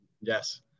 Yes